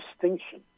distinction